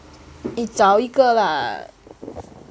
你找一个啦